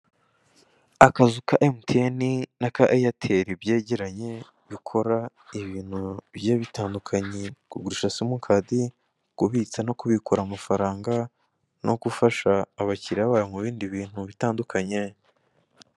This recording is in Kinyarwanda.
Akazu ka emutiyeni n'aka eyeteri byegeranye bikora ibintu bigiye bitandukanye kugurisha simukadi, kubitsa no kubikura mafaranga no gufasha abakiriya bayo mu bindi bintu bitandukanye.